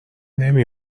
نمی